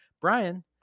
Brian